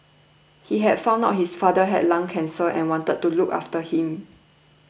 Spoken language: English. he had found out his father had lung cancer and wanted to look after him